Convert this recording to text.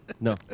No